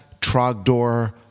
Trogdor